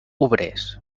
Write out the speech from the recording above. obrers